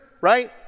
right